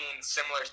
similar